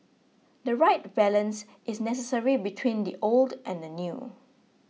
the right balance is necessary between the old and the new